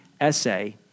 essay